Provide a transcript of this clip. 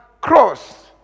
cross